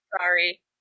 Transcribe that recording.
Sorry